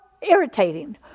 irritating